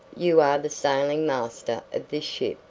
you are the sailing master of this ship.